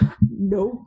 nope